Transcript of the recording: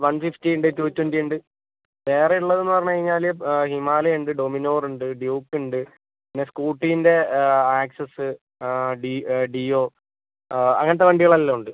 one fifty ഉണ്ട് two twenty ഉണ്ട് വേറെ ഉള്ളതെന്നു പറഞ്ഞ് കയിഞ്ഞാൽ ഹിമാലയൻ ഉണ്ട് ഡോമിനോർ ഉണ്ട് ഡ്യൂക്ക് ഉണ്ട് പിന്നെ സ്കൂട്ടീൻ്റെ ആക്സസ് ഡിയോ അങ്ങനത്ത വണ്ടികൾ എല്ലാം ഉണ്ട്